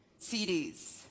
CDs